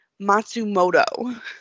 Matsumoto